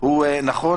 בהנחה